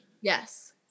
Yes